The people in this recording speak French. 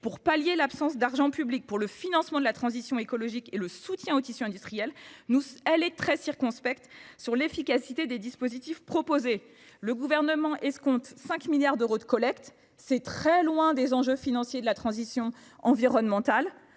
pour pallier l'absence d'argent public pour le financement de la transition écologique et le soutien au tissu industriel, elle est en revanche très circonspecte sur l'efficacité des dispositifs proposés. Le Gouvernement escompte 5 milliards d'euros de collecte, ce qui est très loin des enjeux financiers de la transition environnementale.